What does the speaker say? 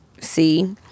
See